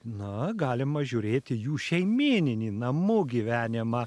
na galima žiūrėti jų šeimyninį namų gyvenimą